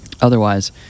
Otherwise